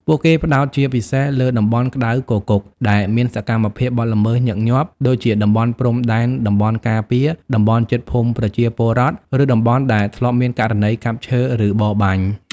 ពួកគេផ្តោតជាពិសេសលើ តំបន់ក្តៅគគុក ដែលមានសកម្មភាពបទល្មើសញឹកញាប់ ដូចជាតំបន់ព្រំដែនតំបន់ការពារ តំបន់ជិតភូមិប្រជាពលរដ្ឋ ឬតំបន់ដែលធ្លាប់មានករណីកាប់ឈើ ឬបរបាញ់។